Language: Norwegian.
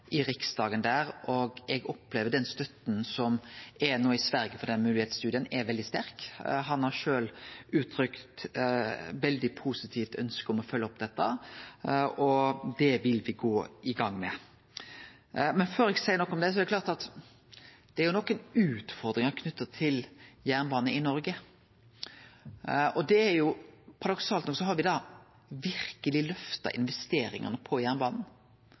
i Riksdagen, og eg opplever at den støtta som no er i Sverige for denne moglegheitsstudien, er veldig sterk. Han har sjølv uttrykt eit veldig positivt ønske om å følgje opp dette, og det vil me gå i gang med. Men før eg seier noko om det, er det klart at det er nokre utfordringar knytte til jernbane i Noreg. Paradoksalt nok har me verkeleg løfta investeringane på jernbanen